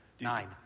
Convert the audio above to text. Nine